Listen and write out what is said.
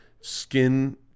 skin